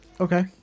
Okay